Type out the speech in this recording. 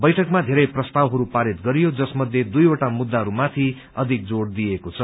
बैठकमा धेरै प्रस्तावहरू पारित गरियो जसमध्ये दुइवटा मुद्दाहरू माथि अधिक जोर दिइएको छ